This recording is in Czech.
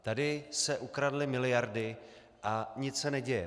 Tady se ukradly miliardy, a nic se neděje.